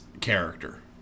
character